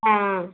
ஆஆ